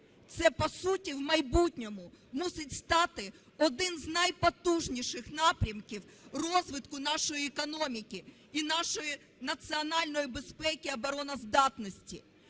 Це по суті в майбутньому мусить стати один з найпотужніших напрямків розвитку нашої економіки і нашої національної безпеки, обороноздатності.